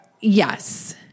Yes